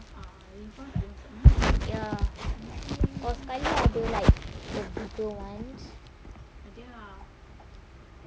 ya atau sekali ada like the bigger one